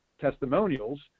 testimonials